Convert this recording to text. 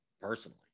Personally